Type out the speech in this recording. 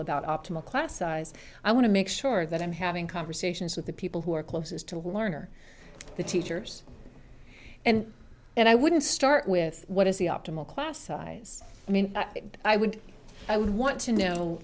about optimal class size i want to make sure that i'm having conversations with the people who are closest to learn or the teachers and and i wouldn't start with what is the optimal class size i mean i would i would want to know